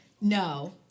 No